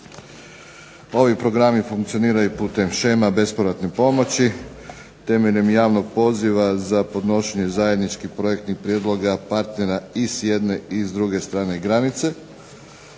Ovi programi funkcioniraju putem shema bespovratne pomoći, temeljem javnog poziva za podnošenje zajedničkih projektnih prijedloga partnera i s jedne i druge strane granice